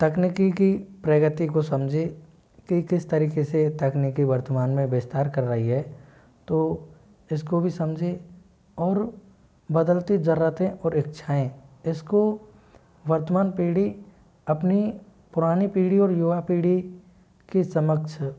तकनीकी की प्रगति को समझे कि किस तरीके से तकनीकी वर्तमान में बिस्तार कर रही है तो इसको भी समझे और बदलती जरूरतें और इच्छाएं इसको वर्तमान पीढ़ी अपनी पुरानी पीढ़ी और युवा पीढ़ी की समक्ष